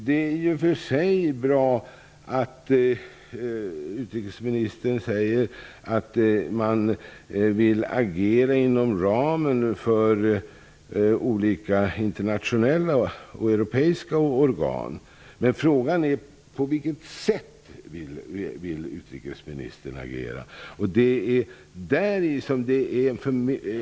Det är i och för sig bra att utrikesministern säger att man vill agera inom ramen för olika internationella och europeiska organ. Men frågan är på vilket sätt utrikesministern vill agera.